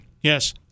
Yes